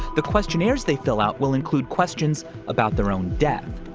the questionnaires they fill out will include questions about their own death.